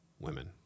women